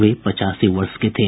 वे पचासी वर्ष के थे